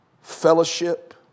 fellowship